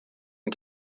qui